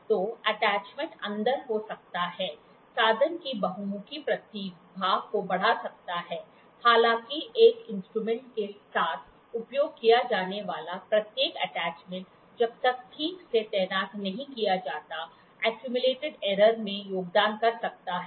तोअटैचमेंट अंदर हो सकता है साधन की बहुमुखी प्रतिभा को बढ़ा सकता है हालाँकि एक इंस्ट्रूमेंट के साथ उपयोग किया जाने वाला प्रत्येक अटैचमेंट जब तक ठीक से तैनात नहीं किया जाता एसक्यूमीलेटेड इ्ररर में योगदान कर सकता है